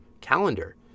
calendar